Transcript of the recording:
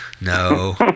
No